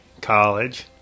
college